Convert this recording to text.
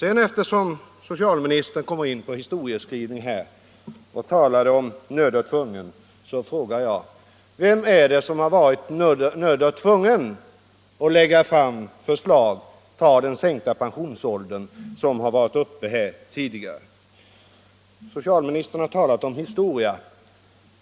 Eftersom socialministern kom in på historieskrivning och talade om nödd och tvungen, undrar jag: Vem är det som har varit nödd och tvungen att lägga fram förslag, t.ex. om den sänkta pensionsåldern, som varit uppe här tidigare? Socialministern har talat om historia.